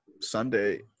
Sunday